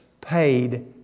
paid